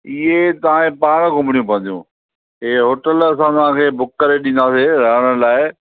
इहे तव्हां खे पाण घुमणियूं पवंदियूं इहे होटल असां तव्हां खे बुक करे ॾींदासीं रहण लाइ